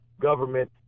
government